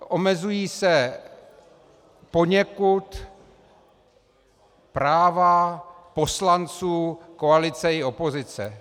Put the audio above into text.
Omezují se poněkud práva poslanců koalice i opozice.